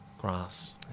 Grass